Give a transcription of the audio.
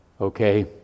okay